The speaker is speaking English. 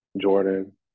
Jordan